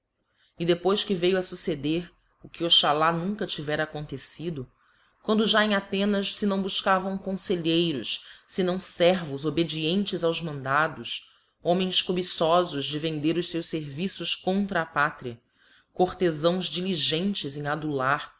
e depois que veiu a fucceder o que oxalá nunca tivera acontecido quando já em athenas le não bufcavam confelheiros fenão fenos obedientes aos mandados homens cubicoíos de vender os ieus fenicos coetra a pátria cortcfáos diligentes em adular